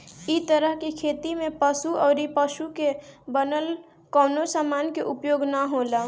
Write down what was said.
इ तरह के खेती में पशु अउरी पशु से बनल कवनो समान के उपयोग ना होला